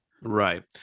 Right